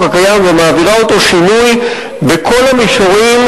הקיים ומעבירה אותו שינוי בכל המישורים